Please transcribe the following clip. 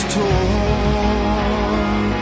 torn